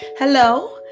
hello